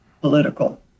political